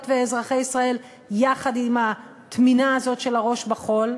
ואזרחי ישראל יחד עם הטמינה הזאת של הראש בחול,